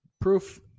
Proof